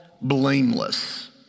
blameless